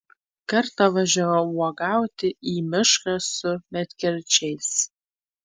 kartą važiavau uogauti į mišką su medkirčiais